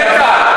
למה אתה